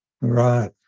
Right